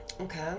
Okay